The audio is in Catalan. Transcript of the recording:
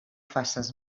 faces